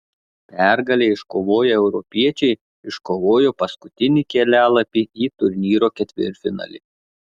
pergalę iškovoję europiečiai iškovojo paskutinį kelialapį į turnyro ketvirtfinalį